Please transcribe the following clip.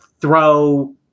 throw